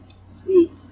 Sweet